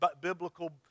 biblical